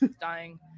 Dying